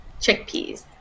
Chickpeas